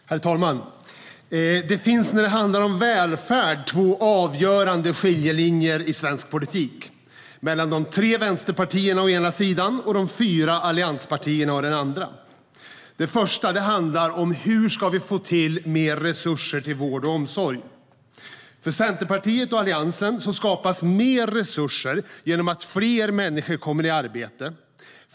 Herr talman! Det finns när det handlar om välfärd två avgörande skiljelinjer i svensk politik mellan de tre vänsterpartierna å ena sidan och de fyra allianspartierna å den andra. För Centerpartiet och Alliansen skapas mer resurser genom att fler människor kommer i arbete.